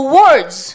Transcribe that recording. words